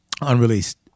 unreleased